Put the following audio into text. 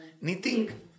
Knitting